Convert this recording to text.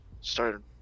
started